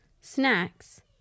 snacks